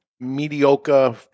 mediocre